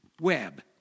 web